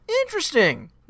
Interesting